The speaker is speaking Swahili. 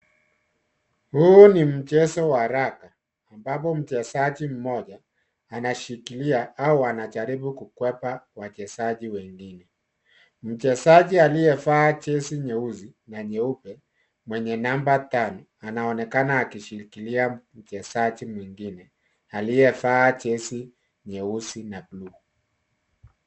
Huu ni mchezo wa raga ambapo mchezaji mmoja anashikilia au anajaribu kukwepa wachezaji wengine. Mchezaji aliyevaa jinsi nyeusi na nyeupe mwenye namba tano anaonekana akishikilia mchezaji mwingine aliyevaa jezi nyeusi na bluu.